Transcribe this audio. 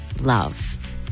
love